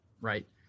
right